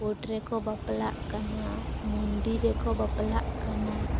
court ᱨᱮᱠᱚ ᱵᱟᱯᱞᱟᱜ ᱠᱟᱱᱟ ᱢᱚᱱᱫᱤᱨ ᱨᱮᱠᱚ ᱵᱟᱯᱞᱟ ᱠᱟᱱᱟ